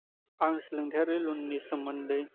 आं सोलोंथाइयारि लन नि सोमोन्दै